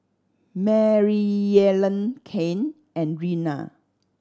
Maryellen Cain and Reina